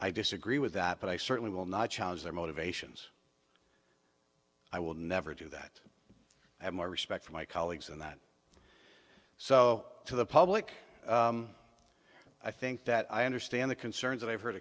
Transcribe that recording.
i disagree with that but i certainly will not challenge their motivations i will never do that i have more respect for my colleagues and that so to the public i think that i understand the concerns that i've heard